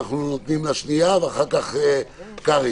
ניתן לה שנייה ואחר כך קרעי.